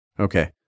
Okay